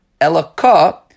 elaka